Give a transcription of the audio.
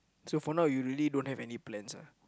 so for now you really don't have any plans ah